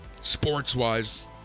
Sports-wise